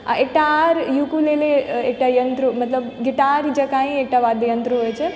आओर एकटा आओर यूट्यूब एकटा आओर यन्त्र गिटार जकाँ ही एकटा वाद्य यन्त्र होइत छै